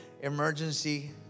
Emergency